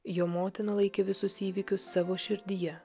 jo motina laikė visus įvykius savo širdyje